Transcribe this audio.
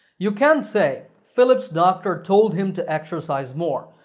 you can say, philip's doctor told him to exercise more.